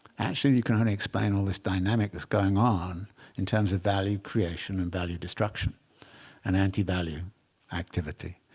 actually, you can only explain all this dynamic that's going on in terms of value creation and value destruction and anti-value activity.